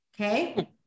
okay